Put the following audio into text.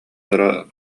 кыра